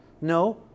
No